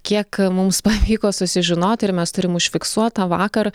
kiek mums pavyko susižinot ir mes turim užfiksuota vakar